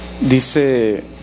Dice